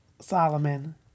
Solomon